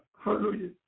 Hallelujah